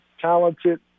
talented